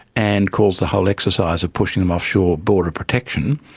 and calls the whole exercise of pushing them offshore border protection.